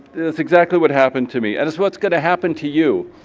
that's exactly what happened to me, and it's what's gonna happen to you.